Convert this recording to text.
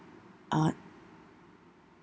uh